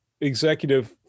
executive